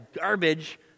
garbage